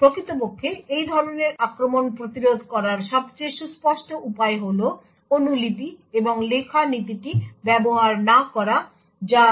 প্রকৃতপক্ষে এই ধরনের আক্রমণ প্রতিরোধ করার সবচেয়ে সুস্পষ্ট উপায় হল অনুলিপি এবং লেখা নীতিটি ব্যবহার না করা যা